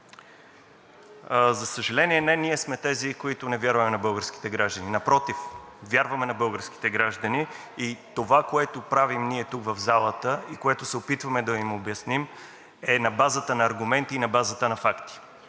за съжаление, не ние сме тези, които не вярваме на българските граждани, напротив, вярваме на българските граждани. Това, което правим ние тук в залата и което се опитваме да им обясним, е на базата на аргументи, и на базата на факти.